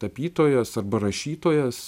tapytojas arba rašytojas